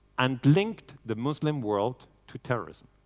and linked the muslim world to terrorism.